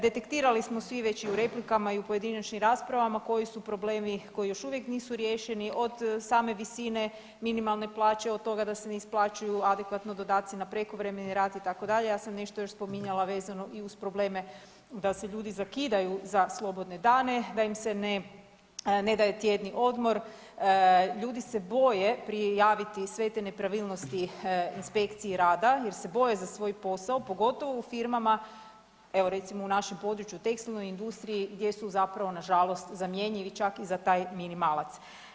Detektirali smo svi već i u replikama i u pojedinačnim raspravama koji su problemi koji još uvijek nisu riješeni, od same visine minimalne plaće, od toga da se ne isplaćuju adekvatno dodaci na prekovremeni rad itd., ja sam još nešto spominjala vezano i uz problem da se ljudi zakidaju za slobodne dane, da im se ne daje tjedni odmor, ljudi se boje prijaviti sve te nepravilnosti inspekciji jer se boje za svoj posao, pogotovo u firmama, evo recimo u našim području, u tekstilnoj industriji gdje su zapravo nažalost zamjenjivi čak i za taj minimalac.